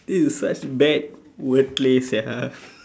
this is such bad wordplay sia